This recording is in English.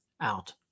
out